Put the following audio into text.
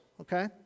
Okay